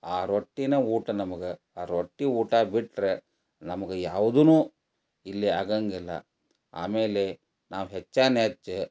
ಆ ರೊಟ್ಟಿನ ಊಟ ನಮ್ಗೆ ಆ ರೊಟ್ಟಿ ಊಟ ಬಿಟ್ಟರೆ ನಮ್ಗೆ ಯಾವ್ದೂ ಇಲ್ಲಿ ಆಗಂಗಿಲ್ಲ ಆಮೇಲೆ ನಾವು ಹೆಚ್ಚಾನೆಚ್ಚ